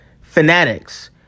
Fanatics